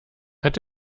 hat